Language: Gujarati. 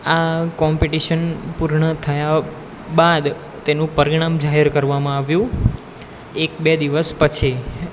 આ કોમ્પિટિશન પૂર્ણ થયા બાદ તેનું પરિણામ જાહેર કરવામાં આવ્યું એક બે દિવસ પછી